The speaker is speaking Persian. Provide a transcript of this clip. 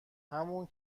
همون